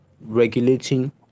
regulating